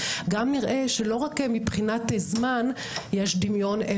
גם נראה שלא רק מבחינת זמן יש דמיון,